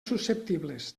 susceptibles